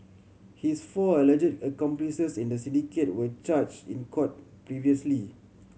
his four alleged accomplices in the syndicate were charged in court previously